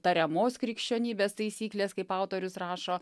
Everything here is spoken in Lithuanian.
tariamos krikščionybės taisyklės kaip autorius rašo